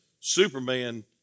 Superman